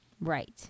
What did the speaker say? Right